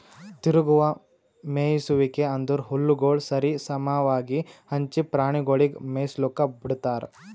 ತಿರುಗುವ ಮೇಯಿಸುವಿಕೆ ಅಂದುರ್ ಹುಲ್ಲುಗೊಳ್ ಸರಿ ಸಮವಾಗಿ ಹಂಚಿ ಪ್ರಾಣಿಗೊಳಿಗ್ ಮೇಯಿಸ್ಲುಕ್ ಬಿಡ್ತಾರ್